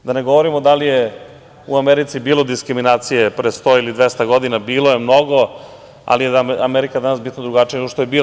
Da ne govorim da li je u Americi bilo diskriminacije, pre 100 ili 200 godina, bilo je mnogo, ali je Amerika danas bitno drugačija nego što je bila.